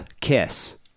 Kiss